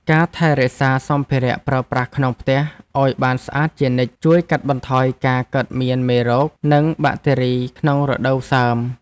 ការថែរក្សាសម្ភារៈប្រើប្រាស់ក្នុងផ្ទះឱ្យបានស្អាតជានិច្ចជួយកាត់បន្ថយការកើតមានមេរោគ និងបាក់តេរីក្នុងរដូវសើម។